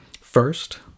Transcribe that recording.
First